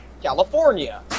California